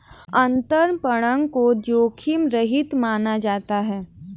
अंतरपणन को जोखिम रहित माना जाता है